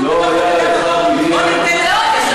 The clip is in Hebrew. מה כתוב בדוח?